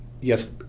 yes